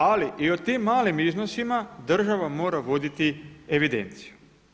Ali i o tim malim iznosima država mora voditi evidenciju.